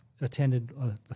attended